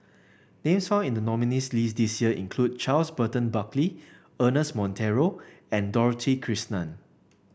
names found in the nominees' list this year include Charles Burton Buckley Ernest Monteiro and Dorothy Krishnan